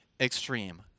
extreme